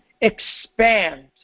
expand